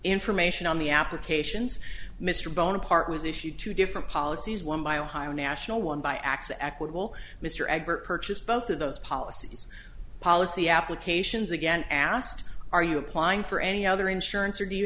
information on the applications mr bonaparte was issued two different policies one by ohio national one by x equitable mr ebert purchased both of those policies policy applications again asked are you applying for any other insurance or do you